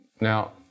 Now